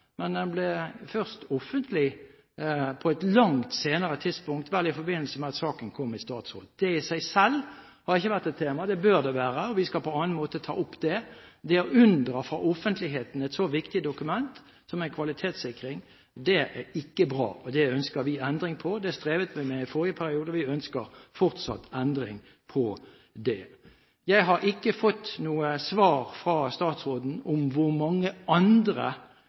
men den ble først offentlig på et langt senere tidspunkt – vel i forbindelse med at saken gikk i statsråd. Det i seg selv har ikke vært et tema – det bør det være. Vi skal på annen måte ta opp det. Det å unndra fra offentligheten et så viktig dokument som en kvalitetssikring er, er ikke bra. Det ønsker vi endring på. Det strevde vi med i forrige periode, og vi ønsker fortsatt en endring på det. Jeg har ikke fått noe svar fra statsråden om hvor mange andre